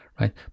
right